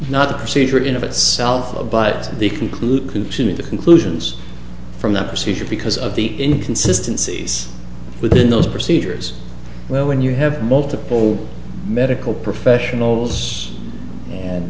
not the procedure in of itself but the conclusion of the conclusions from that procedure because of the inconsistency within those procedures well when you have multiple medical professionals and